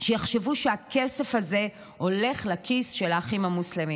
שיחשבו שהכסף הזה הולך לכיס של האחים המוסלמים.